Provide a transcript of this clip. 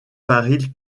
paris